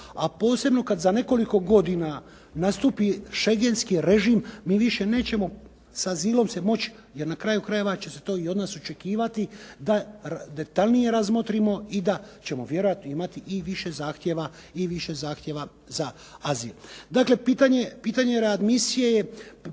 a posebno kada za nekoliko godina nastupi šengenski režim, mi više nećemo sa azilom moć, jer na kraju krajeva će se to od nas i očekivati da detaljnije razmotrimo i da ćemo vjerojatno imati i više zahtjeva za azil. Dakle, pitanje readmisije za